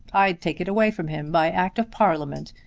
i'd take it away from him by act of parliament.